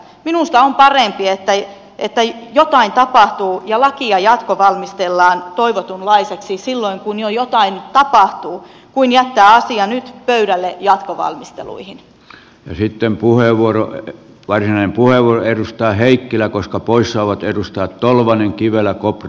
minusta on parempi että jotain tapahtuu ja lakia jatkovalmistellaan toivotunlaiseksi silloin kun jo jotain tapahtuu kuin jättää asia nyt pöydälle jatkovalmisteluihin esittelypuheenvuoron välinen puhelu ennustaa heikkilä koska poissaolot edustaa tolvanen kivelä kopn